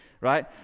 right